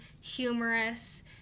humorous